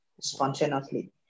spontaneously